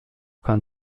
kann